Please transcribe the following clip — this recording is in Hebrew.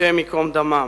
השם ייקום דמם.